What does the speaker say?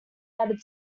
added